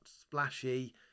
splashy